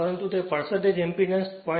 પરંતુ તે ઇંપેડન્સ 0